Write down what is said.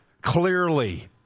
Clearly